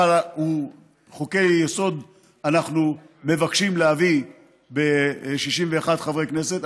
אבל חוקי-יסוד אנחנו מבקשים להביא ב-61 חברי כנסת,